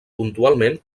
puntualment